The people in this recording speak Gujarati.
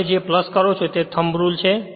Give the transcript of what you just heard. તમે જે કરો છો તે થંબ રુલ છે